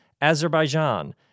Azerbaijan